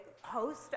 host